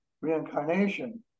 reincarnation